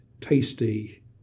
tasty